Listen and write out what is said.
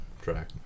track